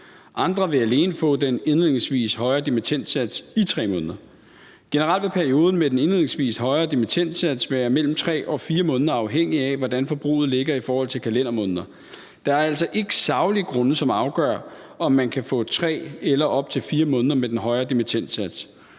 Andre vil alene få den indledningsvis høje dimittendsats i 3 måneder. Generelt vil perioden med den indledningsvis højere dimittendsats være mellem 3 og 4 måneder, afhængigt af hvordan forbruget ligger i forhold til kalendermåneder. Der er altså ikke saglige grunde, som afgør, om man kan få 3 eller op til 4 måneder med den højere dimittendsats,